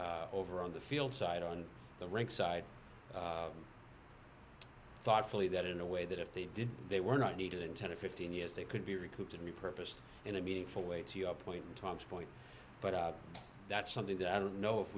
an over on the field side on the rink side thoughtfully that in a way that if they did they were not needed in ten or fifteen years they could be recouped and repurposed in a meaningful way to your point in time point but that's something that i don't know if